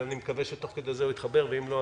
ואני מקווה שתוך כדי זה הוא יתחבר ואם לא,